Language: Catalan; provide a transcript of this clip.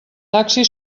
taxi